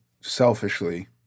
selfishly